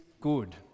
good